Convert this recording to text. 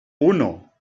uno